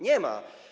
Nie ma.